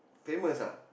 famous ah